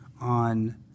on